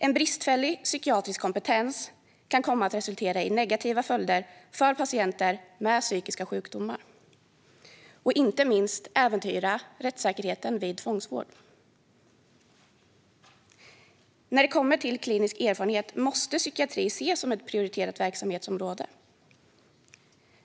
En bristfällig psykiatrisk kompetens kan komma att resultera i negativa följder för patienter med psykiska sjukdomar och inte minst äventyra rättssäkerheten vid tvångsvård. När det kommer till klinisk erfarenhet måste psykiatri ses som ett prioriterat verksamhetsområde.